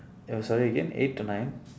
oh sorry again eight to nine